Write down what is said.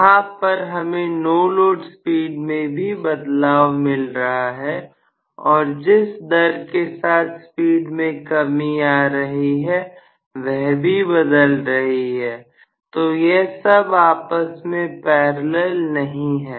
यहां पर हमें नो लोड स्पीड में ही बदलाव मिल रहा है और जिस दर के साथ स्पीड में कमी आ रही है वह भी बदल रही है तो यह सब आपस में पैरेलल नहीं है